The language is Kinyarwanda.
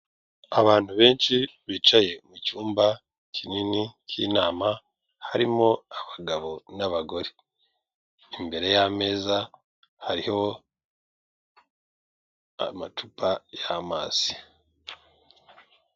Abantu benshi bicaye mu cyumba kinini cy'inama harimo abagabo n'abagore. Imbere y'ameza hariho amacupa y'amazi.